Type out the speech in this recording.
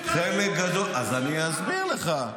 אז אני אסביר לך.